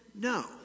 no